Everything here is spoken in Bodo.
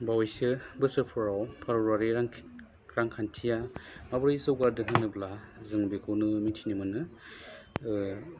बावैसो बोसोरफ्राव भारतारि रां रांखान्थिया माबोरै जौगादों होनोब्ला जों बेखौनो मिथिनो मोनो